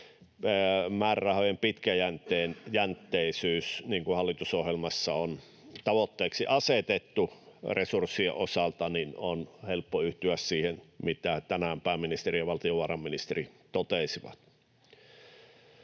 määrärahojen pitkäjänteisyyteen, niin kuin hallitusohjelmassa on tavoitteeksi asetettu resurssien osalta, joten on helppo yhtyä siihen, mitä tänään pääministeri ja valtiovarainministeri totesivat.